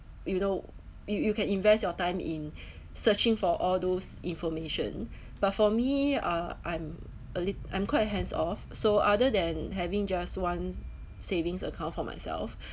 you know you you can invest your time in searching for all those information but for me uh I'm a lit~ I'm quite hands off so other than having just one savings account for myself